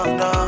no